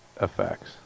effects